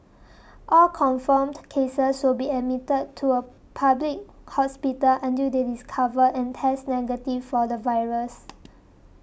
all confirmed cases will be admitted to a public hospital until they discover and test negative for the virus